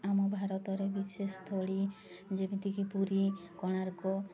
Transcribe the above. ଆମ ଭାରତରେ ବିଶେଷ ସ୍ଥଳୀ ଯେମିତିକି ପୁରୀ କୋଣାର୍କ